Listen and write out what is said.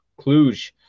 Cluj